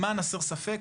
למען הסר ספק,